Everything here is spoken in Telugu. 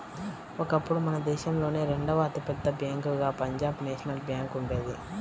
ఒకప్పుడు మన దేశంలోనే రెండవ అతి పెద్ద బ్యేంకుగా పంజాబ్ నేషనల్ బ్యేంకు ఉండేది